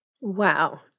Wow